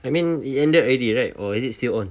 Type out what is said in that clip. I mean it ended already right or is it still on